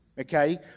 Okay